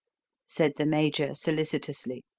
said the major solicitously.